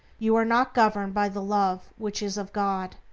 you are not governed by the love which is of god.